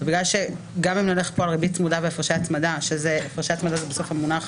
גם אם נלך כאן על ריבית צמודה והפרשי הצמדה הפרשי הצמדה הם בתוך המונח